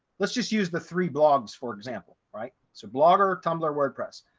let's just use the three blogs, for example, right? so blogger, tumblr, wordpress,